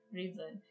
reason